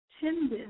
tendon